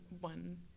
one